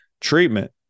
Treatment